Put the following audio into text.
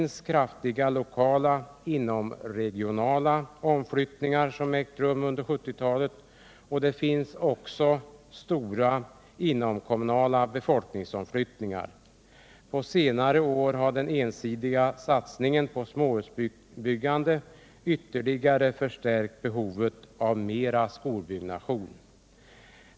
Kraftiga lokala inomregionala omflyttningar har ägt rum under 1970-talet, och stora inomkommunala befolkningsomflyttningar har också förekommit. På senare år har den ensidiga satsningen på småhusbyggande ytterligare förstärkt behovet av en ökning av skolbyggandet.